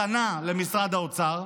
מתנה למשרד האוצר,